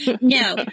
No